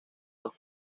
los